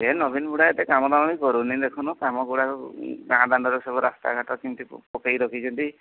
ଏ ନବୀନ ବୁଢ଼ା ଏତେ କାମ ଦାମ ବି କରୁନି ଦେଖୁନ କାମ ଗୁଡ଼ାକ ଗାଁ ଦାଣ୍ଡରେ ସବୁ ରାସ୍ତାଘାଟ କେମିତି ପକେଇକି ରଖିଛନ୍ତି